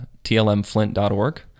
tlmflint.org